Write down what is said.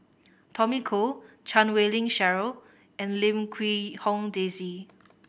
Tommy Koh Chan Wei Ling Cheryl and Lim Quee Hong Daisy